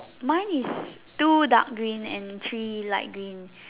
mine is two dark green and three light green